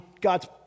God's